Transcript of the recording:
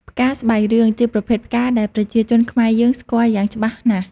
ផ្កាស្បៃរឿងជាប្រភេទផ្កាដែលប្រជាជនខ្មែរយើងស្គាល់យ៉ាងច្បាស់ណាស់។